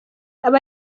aba